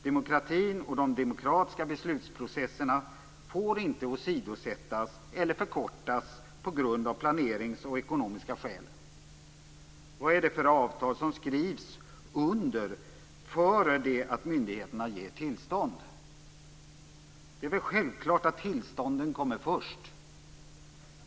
Demokratin och de demokratiska beslutsprocesserna får inte åsidosättas, eller förkortas, av planeringsskäl och ekonomiska skäl. Vad är det för avtal som skrivs under innan myndigheterna ger tillstånd? Det är väl självklart att tillstånden kommer först.